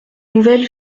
nouvelle